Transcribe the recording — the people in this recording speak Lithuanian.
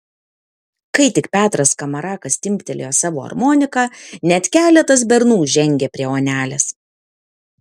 kai tik petras skamarakas timptelėjo savo armoniką net keletas bernų žengė prie onelės